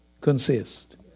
consist